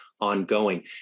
ongoing